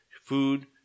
food